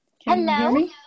Hello